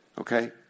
Okay